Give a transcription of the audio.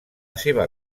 seva